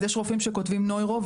אז יש רופאים שכותבים נוירו,